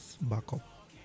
backup